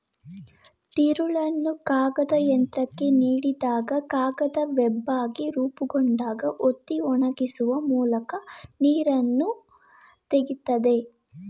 ತಿರುಳನ್ನು ಕಾಗದಯಂತ್ರಕ್ಕೆ ನೀಡಿದಾಗ ಕಾಗದ ವೆಬ್ಬಾಗಿ ರೂಪುಗೊಂಡಾಗ ಒತ್ತಿ ಒಣಗಿಸುವ ಮೂಲಕ ನೀರನ್ನು ತೆಗಿತದೆ